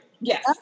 Yes